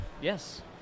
Yes